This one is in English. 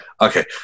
Okay